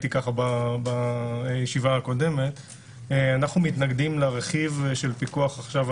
אנחנו מתנגדים לרכיב של פיקוח החשכ"ל